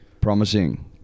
promising